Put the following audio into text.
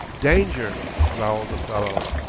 danger, growled the fellow,